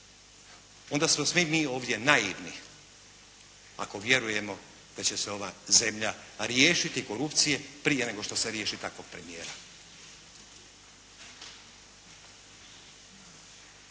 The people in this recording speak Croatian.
onda smo svi mi ovdje naivni ako vjerujemo da će se ova zemlja riješiti korupcije prije nego što se riješi takvog premijera.